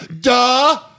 Duh